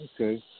Okay